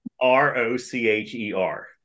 R-O-C-H-E-R